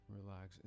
Relax